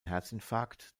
herzinfarkt